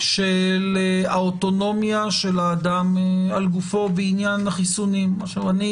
של האוטונומיה של האדם על גופו בעניין החיסונים אני